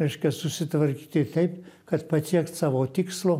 reiškia susitvarkyti taip kad pasiekt savo tikslo